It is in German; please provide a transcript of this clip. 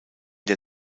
der